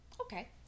Okay